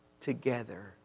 together